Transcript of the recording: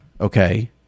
okay